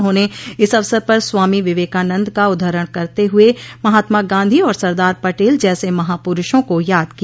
उन्होंने इस अवसर पर स्वामी विवेकानन्द का उद्घहरण करते हुए महात्मा गांधी और सरदार पटेल जैसे महापुरूषों को याद किया